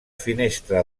finestra